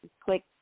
Click